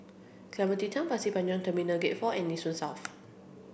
Clementi Town Pasir Panjang Terminal Gate four and Nee Soon South